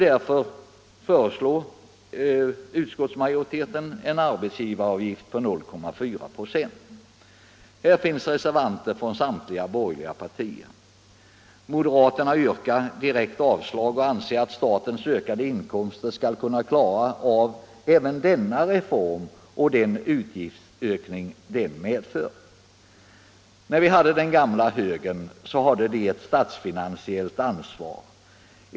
Därför föreslår utskottsmajoriteten en arbetsgivaravgift på 0,4 96. > Här finns reservanter från samtliga borgerliga partier. Moderaterna yrkar direkt avslag och anser att statens ökade inkomster skall kunna klara av även denna reform och den utgiftsökning den medför. Den gamla högern kände ett statsfinansiellt ansvar.